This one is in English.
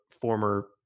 former